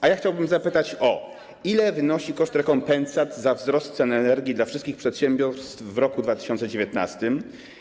A ja chciałbym zapytać: Ile wynosi koszt rekompensat za wzrost cen energii dla wszystkich przedsiębiorstw w roku 2019?